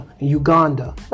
Uganda